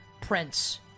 Prince